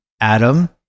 Adam